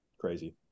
crazy